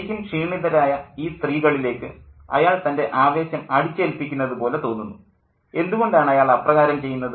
ശരിക്കും ക്ഷീണിതരായ ഈ സ്ത്രീകളിലേക്ക് അയാൾ തൻ്റെ ആവേശം അടിച്ചേൽപ്പിക്കുന്നതു പോലെ തോന്നുന്നു എന്തുകൊണ്ടാണ് അയാൾ അപ്രകാരം ചെയ്യുന്നത്